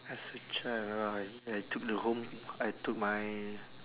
as a child oh I I took the home I took my